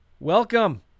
Welcome